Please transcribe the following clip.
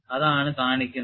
അതാണ് കാണിക്കുന്നത്